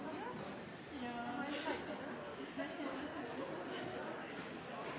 ja,